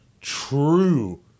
true